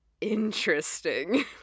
interesting